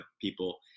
people